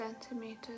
centimeters